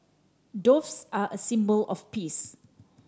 doves are a symbol of peace